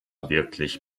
wirklich